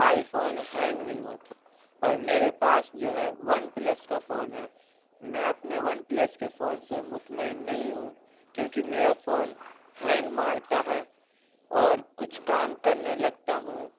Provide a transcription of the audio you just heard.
آئی phone hang نہیں ہوتا اور میرے پاس جو ہے ون پلس کا فون ہے میں اپنے ون پلس کے فون سے مطمئن نہیں ہوں کیونکہ میرا فون ہینگ مارتا ہے اور کچھ کام کرنے لگتا ہوں